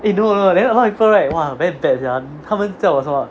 eh no no no then a lot people very bad sia 他们叫我什么